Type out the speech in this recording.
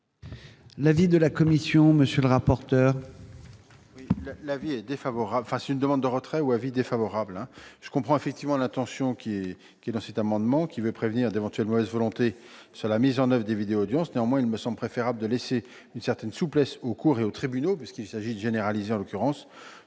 de la commission, monsieur le rapporteur,